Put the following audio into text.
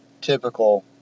Typical